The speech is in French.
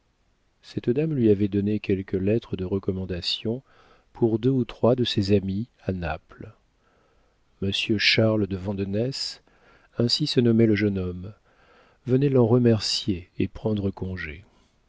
cette dame lui avait donné quelques lettres de recommandation pour deux ou trois de ses amies à naples monsieur charles de vandenesse ainsi se nommait le jeune homme venait l'en remercier et prendre congé